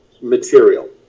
material